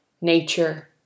nature